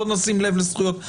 בוא נשים לב לזכויות.